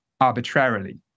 arbitrarily